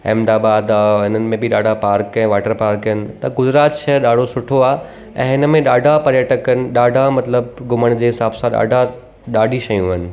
अहमदाबाद आहे हिननि में बि ॾाढा पार्क ऐं वाटर पार्क आहिनि त गुजरात शहरु ॾाढो सुठो आहे ऐं हिन में ॾाढा पर्यटकनि ॾाढा मतिलबु घुमण जे हिसाब सां ॾाढा ॾाढी शयूं आहिनि